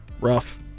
Rough